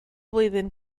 flwyddyn